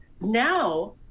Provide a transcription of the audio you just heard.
now